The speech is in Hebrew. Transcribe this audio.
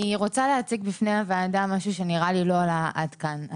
אני רוצה להציג בפני הוועדה משהו שלא עלה עד כאן.